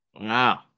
Wow